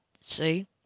see